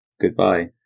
goodbye